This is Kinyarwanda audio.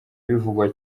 bivugwa